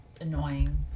annoying